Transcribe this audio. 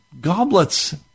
goblets